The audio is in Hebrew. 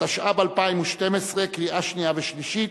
התשע"ב 2012, קריאה שנייה ושלישית.